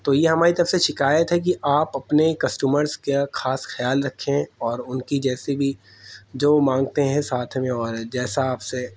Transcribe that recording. تو یہ ہماری طرف سے شکایت ہے کہ آپ اپنے کسٹمرس کا خاص خیال رکھیں اور ان کی جیسے بھی جو وہ مانگتے ہیں ساتھ میں اور جیسا آپ سے